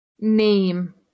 Name